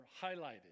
highlighted